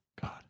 God